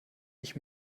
ich